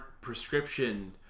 prescription